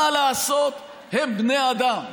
מה לעשות, הם בני אדם,